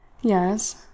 Yes